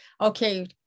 Okay